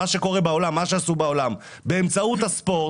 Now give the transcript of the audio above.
על סמך דברים שקרו בעולם באמצעות מתקנים,